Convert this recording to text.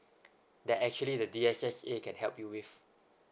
that actually the D_S_S_A can help you with